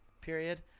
period